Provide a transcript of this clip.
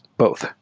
both.